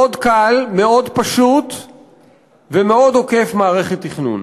מאוד קל, מאוד פשוט ומאוד עוקף מערכת תכנון.